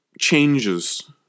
changes